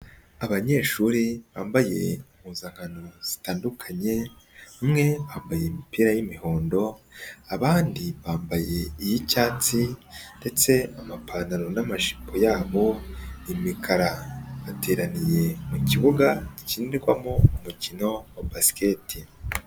Abanyeshuri bambaye impuzankano zitandukanye, bamwe bambaye imipira y'umuhondo, abandi bambaye iy'icyatsi ndetse amapantaro n'amajipo yabo imikara. Bateraniye mu kibuga gikinirwamo umukino wa basiketi.